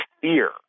fear